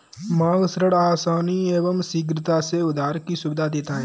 मांग ऋण आसानी एवं शीघ्रता से उधार की सुविधा देता है